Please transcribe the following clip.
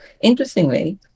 Interestingly